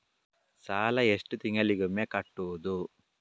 ಸಾಲ ಎಷ್ಟು ತಿಂಗಳಿಗೆ ಒಮ್ಮೆ ಕಟ್ಟುವುದು?